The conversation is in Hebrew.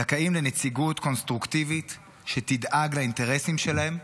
זכאים לנציגות קונסטרוקטיבית שתדאג לאינטרסים שלהם,